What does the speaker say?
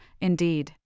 indeed